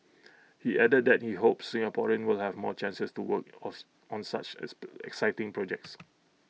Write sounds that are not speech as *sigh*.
he added that he hopes Singaporeans will have more chances to work *unintelligible* on such exciting projects